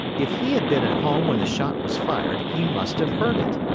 if he had been at home when the shot was fired, he must have heard it,